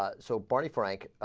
ah so barney frank ah.